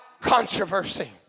controversy